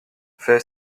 fais